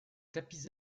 tapis